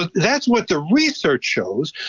that's what the research shows.